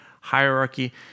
hierarchy